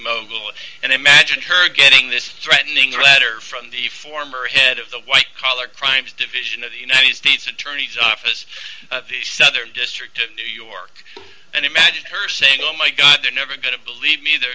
mogul and imagine her getting this threatening letter from the former head of the white collar crimes division of the united states attorney's office southern district of new york and imagine her saying oh my god they're never going to believe me they're